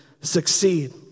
succeed